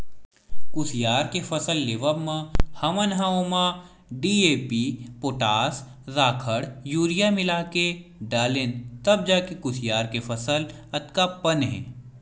कुसियार के फसल लेवब म हमन ह ओमा डी.ए.पी, पोटास, राखड़, यूरिया मिलाके डालेन तब जाके कुसियार के फसल अतका पन हे